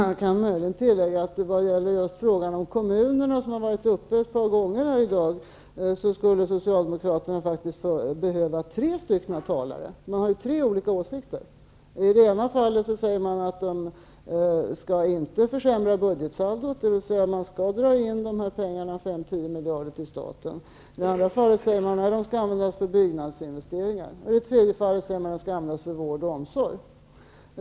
Jag kan möjligen tillägga att när det gäller just frågan om kommunerna, som har varit uppe ett par gånger här i dag, skulle Socialdemokraterna faktiskt behöva tre talare, eftersom de har tre olika åsikter. I det ena fallet sägs att man inte skall försämra budgetsaldot, dvs. att man skall dra in dessa pengar -- 5--10 miljarder -- till staten. I det andra fallet säger man att de skall användas till bygginvesteringar. Och i det tredje fallet sägs att man skall använda dem till vård och omsorg.